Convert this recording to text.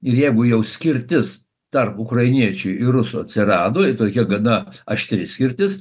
ir jeigu jau skirtis tarp ukrainiečių ir rusų atsirado ir tokia gana aštri skirtis